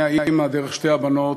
מהאימא דרך שתי הבנות,